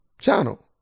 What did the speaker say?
channel